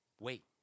Wait